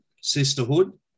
Sisterhood